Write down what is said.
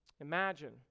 Imagine